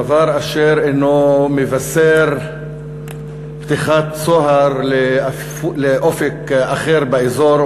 דבר אשר אינו מבשר פתיחת צוהר לאופק אחר באזור,